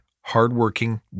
hardworking